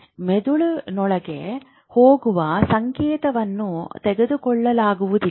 ಮೆದುಳಿನೊಳಗೆ ಹೋಗುವ ಸಂಕೇತವನ್ನು ತೆಗೆದುಕೊಳ್ಳಲಾಗುವುದಿಲ್ಲ